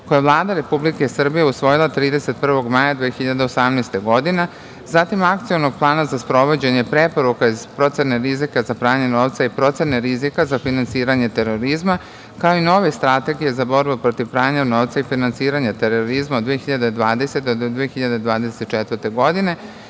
koju je Vlada Republike Srbije usvojila 31. maja 2018. godine, zatim Akcionog plana za sprovođenje preporuka iz procene rizika za pranje novca i procene rizika za finansiranje terorizma, kao i nove Strategije za borbu protiv pranja novca i finansiranja terorizma od 2020. do 2024. godine,